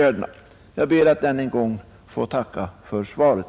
Jag ber att än en gång få tacka för svaret.